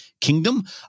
kingdom